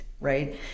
right